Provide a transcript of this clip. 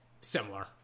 similar